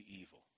evil